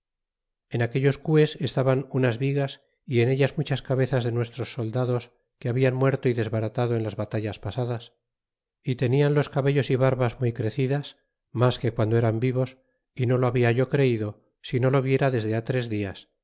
en aquellos cues estaban unas vigas y en ellas muchas cabezas de nuestros soldados que hablan muer este acuerdo fue lo que creo probablemente en el dla e de agosto ó principios de este mes ultimos de julio de to y desbaratado en las batallas pasadas y tenian los cabellos y barbas muy crecidas mas que guando eran vivos y no lo habla yo creido si no lo viera desde tres dias